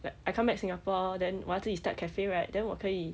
like I come back singapore then 我要自己 start cafe right then 我可以